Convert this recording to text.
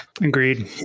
Agreed